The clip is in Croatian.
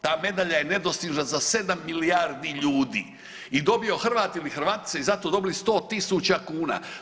Ta medalja je nedostižna za 7 milijardi ljudi i dobio Hrvat ili Hrvatica i za to dobili 100.000 kuna.